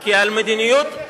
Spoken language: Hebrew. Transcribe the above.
כי על מדיניות, הישג אחד.